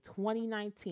2019